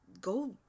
go